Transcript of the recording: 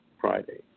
Friday